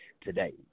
today